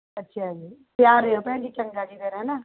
ਅੱਛਾ ਜੀ ਤਿਆਰ ਰਹੋ ਭੈਣ ਜੀ ਚੰਗਾ ਜੀ ਫਿਰ ਹੈ ਨਾ